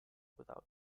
without